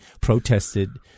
protested